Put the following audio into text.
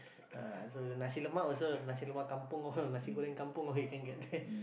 ah so Nasi Lemak also Nasi Lemak Kampung all Nasi Goreng Kampung all you can get there